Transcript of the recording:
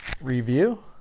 review